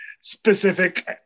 specific